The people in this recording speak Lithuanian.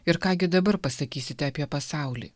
ir ką gi dabar pasakysite apie pasaulį